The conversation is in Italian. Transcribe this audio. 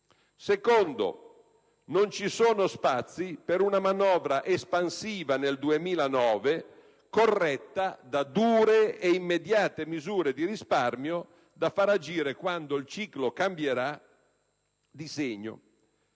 secondo, non ci sono spazi per una manovra espansiva nel 2009 corretta da dure e immediate misure di risparmio da far agire quando il ciclo cambierà di segno;